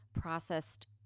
processed